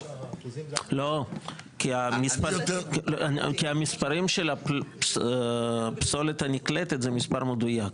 לא, כי המספרים של הפסולת הנקלטת זה מספר מדויק.